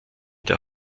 der